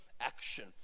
action